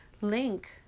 link